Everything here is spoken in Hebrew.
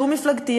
דו-מפלגתי,